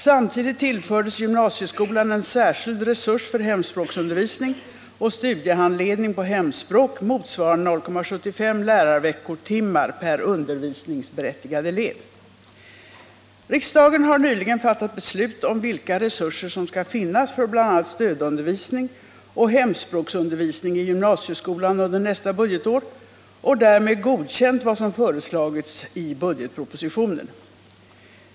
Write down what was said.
Samtidigt tillfördes gymnasieskolan en särskild resurs för hemspråksundervisning och studiehandledning på hemspråk motsvarande 0,75 lärarveckotimmar per undervisningsberättigad elev. Riksdagen har nyligen fattat beslut om vilka resurser som skall finnas för bl.a. stödundervisning och hemspråksundervisning i gymnasieskolan under nästa budgetår och därmed godkänt vad som föreslagits i budgetpropositionen .